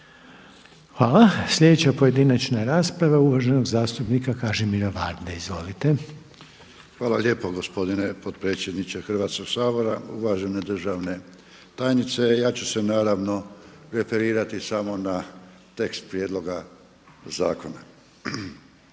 Hvala. Sljedeća pojedinačna rasprava je uvaženog zastupnika Kažimira Varde. Izvolite. **Varda, Kažimir (SMSH)** Hvala lijepa gospodine potpredsjedniče Hrvatskoga sabora, uvažena državna tajnice. Ja ću se naravno referirati samo na tekst prijedloga zakona.